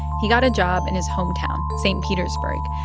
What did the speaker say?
he got a job in his hometown, st. petersburg,